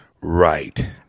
Right